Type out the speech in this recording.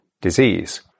disease